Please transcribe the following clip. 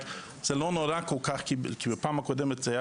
זה לא נורא כל-כך כי בפעם הקודמת זה היה